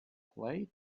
play